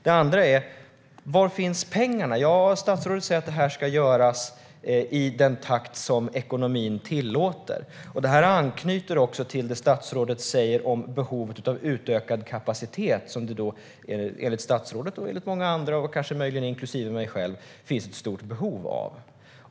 Det andra är: Var finns pengarna? Statsrådet säger att det här ska göras i den takt som ekonomin tillåter. Det här anknyter också till det statsrådet säger om utökad kapacitet, något som det enligt statsrådet och många andra, möjligen inklusive mig själv, finns ett stort behov av.